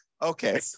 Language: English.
Okay